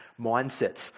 mindsets